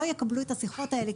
לא יקבלו את השיחות האלה.